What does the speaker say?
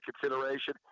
consideration